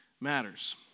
matters